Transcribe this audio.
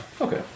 okay